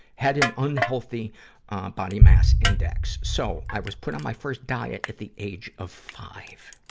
had an unhealthy body mass index. so, i was put on my first diet at the age of five.